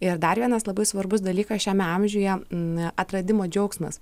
ir dar vienas labai svarbus dalykas šiame amžiuje atradimo džiaugsmas